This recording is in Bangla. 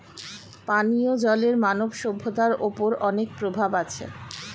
পানিও জলের মানব সভ্যতার ওপর অনেক প্রভাব আছে